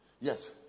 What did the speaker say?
Yes